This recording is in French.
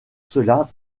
cela